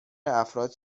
افراد